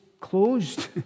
closed